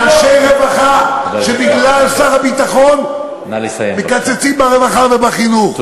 להגיד לאנשי רווחה שבגלל שר הביטחון מקצצים ברווחה ובחינוך.